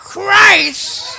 Christ